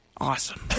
Awesome